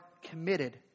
committed